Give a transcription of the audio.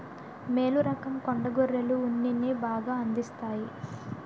మేలు రకం కొండ గొర్రెలు ఉన్నిని బాగా అందిస్తాయి